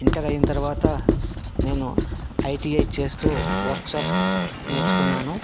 inter అయిన తర్వాత నేను ఐటీఐ చేస్తూ వర్క్షాప్ నేర్చుకున్నాను